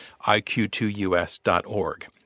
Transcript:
iq2us.org